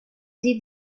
did